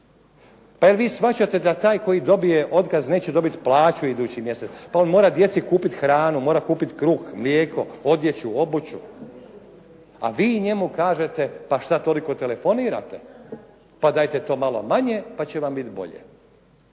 Pa jel' vi shvaćate da taj koji dobije otkaz neće dobiti plaću idući mjesec pa on mora djeci kupiti hranu, mora kupiti kruh, mlijeko, odjeću, obuću. A vi njemu kažete, pa što toliko telefonirate, pa dajte to malo manje, pa će vam biti bolje.